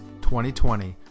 2020